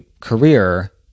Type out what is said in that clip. career